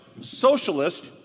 socialist